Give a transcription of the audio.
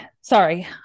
Sorry